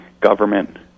government